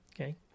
okay